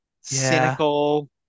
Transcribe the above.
cynical